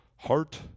Heart